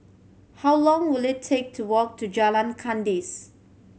how long will it take to walk to Jalan Kandis